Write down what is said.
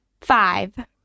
Five